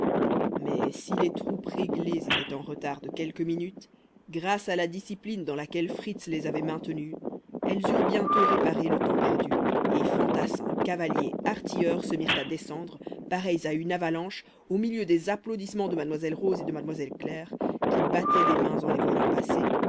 mais si les troupes réglées étaient en retard de quelques minutes grâce à la discipline dans laquelle fritz les avait maintenues elles eurent bientôt réparé le temps perdu et fantassins cavaliers artilleurs se mirent à descendre pareils à une avalanche au milieu des applaudissements de mademoiselle rose et de mademoiselle claire qui battaient des mains en les voyant passer